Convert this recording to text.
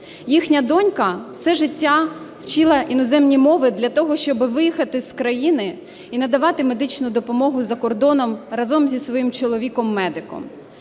Їхня донька все життя вчила іноземні мови для того, щоб виїхати з країни і надавати медичну допомогу за кордоном, разом зі своїм чоловіком медиком.